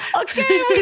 Okay